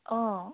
অঁ